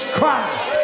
Christ